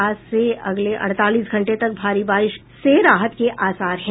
आज से अगले अड़तालीस घंटे तक भारी बारिश से राहत के आसार हैं